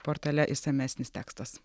portale išsamesnis tekstas